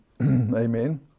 Amen